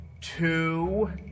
two